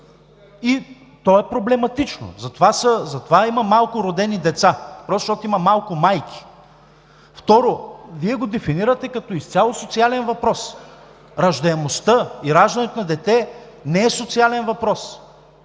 и то е проблематично. Затова има малко родени деца, просто защото има малко майки. Второ, вие го дефинирате като изцяло социален въпрос. Раждаемостта и раждането на дете не е социален въпрос,